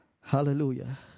Hallelujah